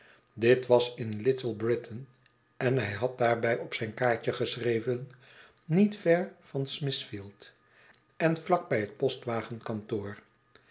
dit was in little britain en hij had daarbij op zijn kaartje geschreven niet ver van smithfield en vlak bij het